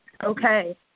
Okay